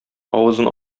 авызын